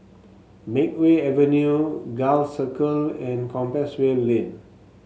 Makeway Avenue Gul Circle and Compassvale Lane